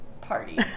party